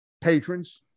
patrons